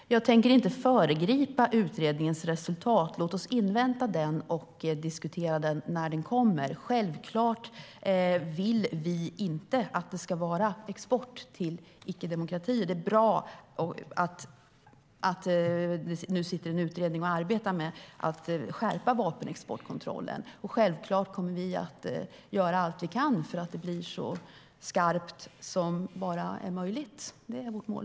Herr talman! Jag tänker inte föregripa utredningens resultat. Låt oss invänta utredningen och diskutera den när den kommer. Självfallet vill vi inte att det ska vara export till icke-demokratier. Det är bra att det nu sitter en utredning och arbetar med att skärpa vapenexportkontrollen. Vi kommer självklart att göra allt vi kan för att det ska bli så skarpt som bara är möjligt. Det är vårt mål.